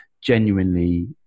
genuinely